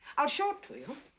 i'll show it to you.